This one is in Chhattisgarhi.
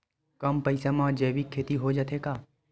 कम पईसा मा जैविक खेती हो जाथे का?